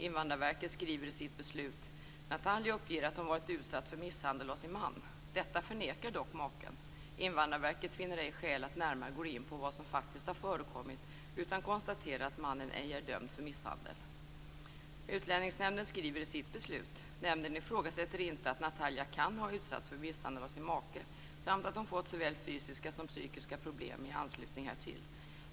Invandrarverket skriver i sitt beslut: "Natalja uppger att hon varit utsatt för misshandel av sin man. Detta förnekar dock maken. Invandrarverket finner ej skäl att närmare gå in på vad som faktiskt har förekommit utan konstaterar att mannen ej är dömd för misshandel." Utlänningsnämnden skriver i sitt beslut: "Nämnden ifrågasätter inte att Natalja kan ha utsatts för misshandel av sin make samt att hon fått såväl fysiska som psykiska problem i anslutning härtill.